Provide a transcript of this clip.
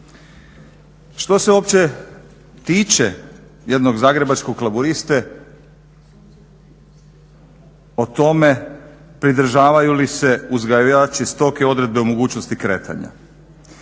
Što se uopće tiče jednog zagrebačkog laburiste o tome pridržavaju li se uzgajivači stoke odredbe o mogućnosti kretanja?